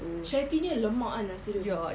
Sharetea nya lemak kan rasa dia